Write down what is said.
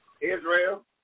Israel